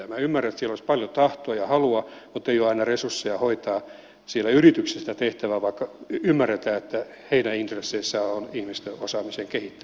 minä ymmärrän että siellä olisi paljon tahtoa ja halua mutta ei ole aina resursseja hoitaa siellä yrityksissä sitä tehtävää vaikka ymmärretään että heidän intresseissään on ihmisten osaamisen kehittäminen